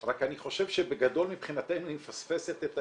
רק שאני חושב שבגדול מבחינתנו היא מפספסת את העניין.